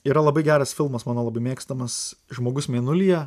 yra labai geras filmas mano labai mėgstamas žmogus mėnulyje